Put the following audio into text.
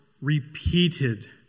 repeated